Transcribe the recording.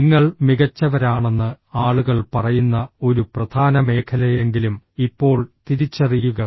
നിങ്ങൾ മികച്ചവരാണെന്ന് ആളുകൾ പറയുന്ന ഒരു പ്രധാന മേഖലയെങ്കിലും ഇപ്പോൾ തിരിച്ചറിയുക